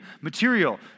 material